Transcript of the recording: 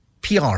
PR